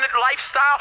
lifestyle